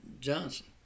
Johnson